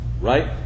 right